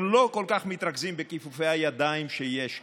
הם לא כל כך מתרכזים בכיפופי הידיים שיש כאן.